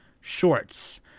Shorts